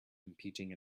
competing